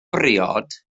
briod